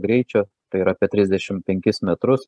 greičio tai yra apie trisdešim penkis metrus